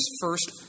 first